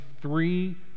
three